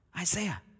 Isaiah